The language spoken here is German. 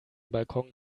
balkon